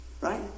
right